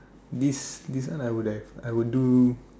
this this one I would have I would do